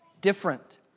different